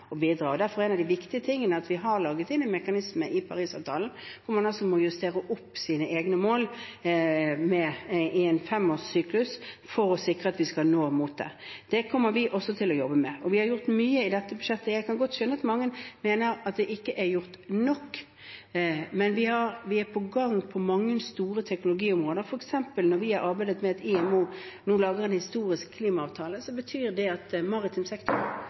og bidra. Derfor er en av de viktige tingene at vi har lagt inn en mekanisme i Parisavtalen hvor man må justere opp sine egne mål i en femårssyklus for å sikre at man når det. Det kommer vi også til å jobbe med. Vi har gjort mye i dette budsjettet. Jeg kan godt skjønne at mange mener at det ikke er gjort nok, men vi er på gang på mange store teknologiområder, f.eks. når vi har arbeidet med at IMO nå lager en historisk klimaavtale, som betyr at maritim sektor